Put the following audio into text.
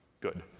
good